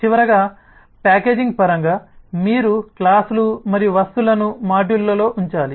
చివరగా ప్యాకేజింగ్ పరంగా మీరు క్లాస్లు మరియు వస్తువులను మాడ్యూళ్ళలో ఉంచాలి